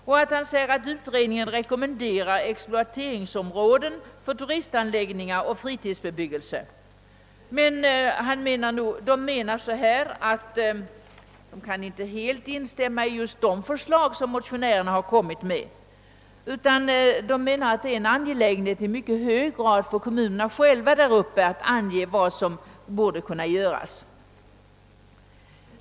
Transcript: Herr Lundberg säger att länsstyrelsen rekommenderar exploateringsområden för turistanläggningar och fritidsbebyggelse. Länsstyrelsens mening är nog att man inte kan tillstyrka just de förslag som motionären har lagt fram utan anser att det måste vara en angelägenhet i första hand för kommunerna själva att ange vad som borde kunna göras.